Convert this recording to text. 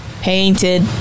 Painted